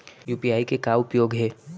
UPI के का उपयोग हे?